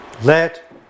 Let